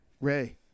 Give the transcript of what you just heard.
Ray